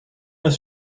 with